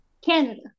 Canada